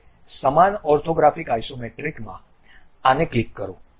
હવે સમાન ઓર્થોગ્રાફિક આઇસોમેટ્રિકમાં આને ક્લિક કરો